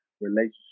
relationship